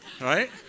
Right